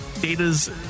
Data's